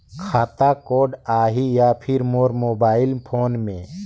खाता कोड आही या फिर मोर मोबाइल फोन मे?